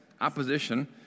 opposition